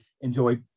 enjoy